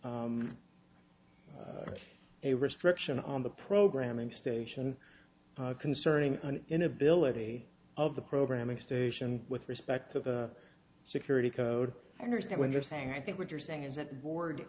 for a restriction on the programming station concerning an inability of the programming station with respect to the security code i understand what you're saying i think what you're saying is that